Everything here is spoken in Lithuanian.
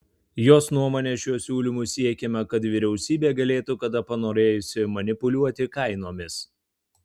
jos nuomone šiuo siūlymu siekiama kad vyriausybė galėtų kada panorėjusi manipuliuoti kainomis